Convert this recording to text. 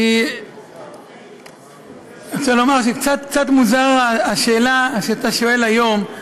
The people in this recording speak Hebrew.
אני רוצה לומר שקצת מוזרה השאלה שאתה שואל היום.